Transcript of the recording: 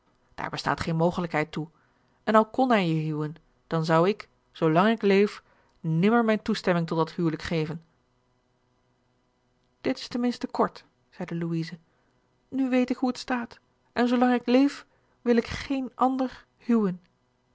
daar bestaat geene mogelijkheid toe en al kon hij je huwen dan zou ik zoolang ik leef nimmer mijne toestemming tot dat huwelijk geven dit is ten minste kort zeide louise nu weet ik hoe het staat en zoo lang ik leef wil ik geen ander huwen